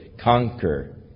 conquer